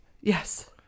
yes